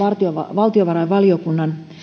valtiovarainvaliokunnan